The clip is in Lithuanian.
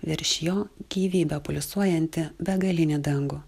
virš jo gyvybe pulsuojantį begalinį dangų